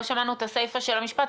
לא שמענו את הסיפה של המשפט,